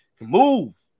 move